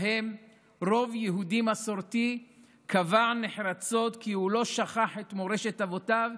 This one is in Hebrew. שבהן רוב יהודי מסורתי קבע נחרצות כי הוא לא שכח את מורשת אבותיו